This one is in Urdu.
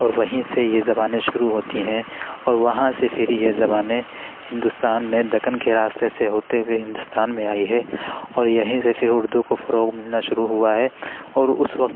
اور وہیں سے یہ زبانیں شروع ہوتی ہیں اور وہاں سے پھر یہ زبانیں ہندوستان میں دکن کے راستے سے ہوتے ہوئے ہندوستان میں آئی ہے اور یہیں سے پھر اردو کو فروغ ملنا شروع ہوا ہے اور اس وقت